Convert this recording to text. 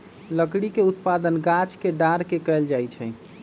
लकड़ी के उत्पादन गाछ के डार के कएल जाइ छइ